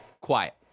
quiet